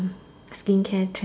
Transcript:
skincare tre